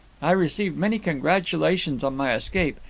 i received many congratulations on my escape,